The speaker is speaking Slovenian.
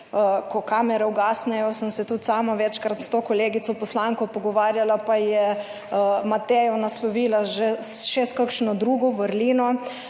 ko kamere ugasnejo, sem se tudi sama večkrat s to kolegico poslanko pogovarjala, pa je Matejo naslovila že še s kakšno drugo vrlino.